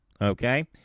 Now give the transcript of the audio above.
Okay